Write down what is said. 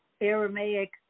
Aramaic